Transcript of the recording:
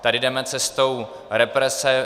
Tady jdeme cestou represe.